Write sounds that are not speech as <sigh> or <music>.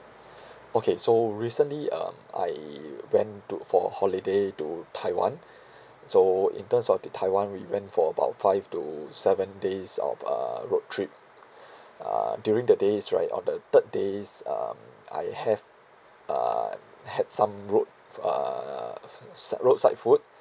<breath> okay so recently um I went to for holiday to taiwan <breath> so in terms of the taiwan we went for about five to seven days of a road trip uh during the days right on the third days um I have uh had some road uh si~ roadside food